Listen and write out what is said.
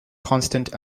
constant